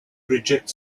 reject